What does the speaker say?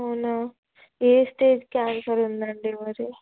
అవునా ఏ stage cancer ఉందండి మరి